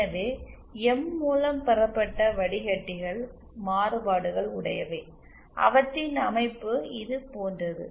எனவே எம் மூலம் பெறப்பட்ட வடிகட்டிகள் மாறுபாடுகள் உடையவை அவற்றின் அமைப்பு இது போன்றது